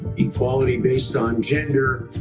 equality based on gender,